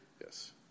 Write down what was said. Yes